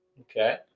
Okay